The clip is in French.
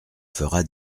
fera